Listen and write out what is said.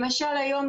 למשל היום,